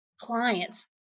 clients